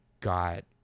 got